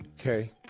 Okay